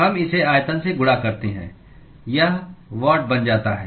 हम इसे आयतन से गुणा करते हैं यह वाट बन जाता है